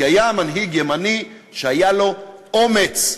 כי היה מנהיג ימני שהיה לו אומץ,